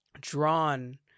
drawn